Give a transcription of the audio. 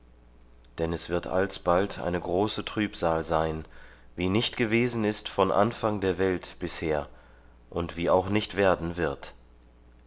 denn es wird alsbald eine große trübsal sein wie nicht gewesen ist von anfang der welt bisher und wie auch nicht werden wird